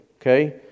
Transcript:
Okay